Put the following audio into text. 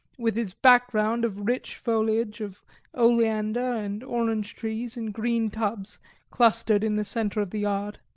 with its background of rich foliage of oleander and orange trees in green tubs clustered in the centre of the yard.